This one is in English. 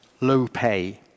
low-pay